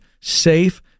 safe